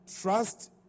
Trust